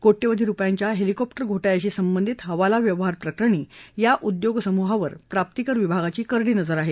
कोट्यवधी रुपयांच्या हेलिकॉप्टर घोटाळ्याशी संबधित हवाला व्यवहार प्रकरणी या उद्योग समूहावर प्राप्तीकर विभागाची करडी नजर आहे